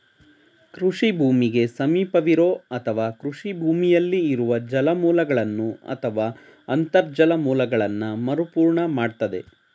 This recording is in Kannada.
ಕೃಷಿ ಭೂಮಿಗೆ ಸಮೀಪವಿರೋ ಅಥವಾ ಕೃಷಿ ಭೂಮಿಯಲ್ಲಿ ಇರುವ ಜಲಮೂಲಗಳನ್ನು ಅಥವಾ ಅಂತರ್ಜಲ ಮೂಲಗಳನ್ನ ಮರುಪೂರ್ಣ ಮಾಡ್ತದೆ